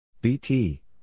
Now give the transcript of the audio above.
BT